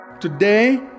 Today